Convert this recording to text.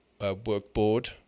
Workboard